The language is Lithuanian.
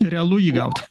realu jį gaut